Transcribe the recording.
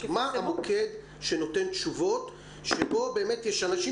מה המוקד שנותן תשובות שבו באמת יש אנשים